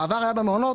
בעבר היה במעונות,